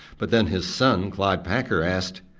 but then his son, clyde packer, asked,